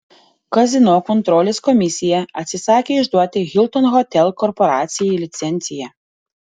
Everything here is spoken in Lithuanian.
kazino kontrolės komisija atsisakė išduoti hilton hotel korporacijai licenciją